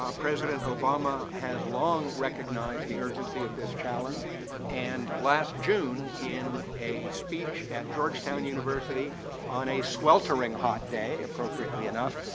ah president obama has long recognized the urgency of this challenge and last june in a speech at georgetown university on a sweltering hot day, appropriately enough,